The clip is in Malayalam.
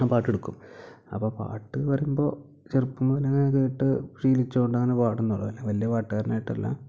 ഞാൻ പാട്ടെടുക്കും അപ്പം പാട്ടെന്ന് പറയുമ്പോൾ ചെറുപ്പം മുതലെ കേട്ട് ശീലിച്ച് കൊണ്ടങ്ങനെ പാടുന്നതാണ് അല്ലേ വലിയ പാട്ടുകാരനായിട്ടല്ല